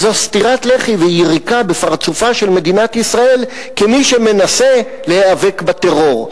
וזו סטירת לחי ויריקה בפרצופה של מדינת ישראל כמי שמנסה להיאבק בטרור.